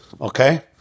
Okay